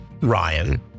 Ryan